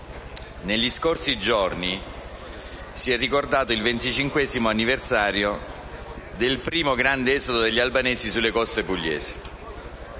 nei giorni scorsi si è ricordato il venticinquesimo anniversario del primo grande esodo degli albanesi sulle coste pugliesi.